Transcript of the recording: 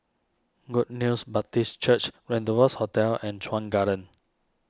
Good News Baptist Church Rendezvous Hotel and Chuan Garden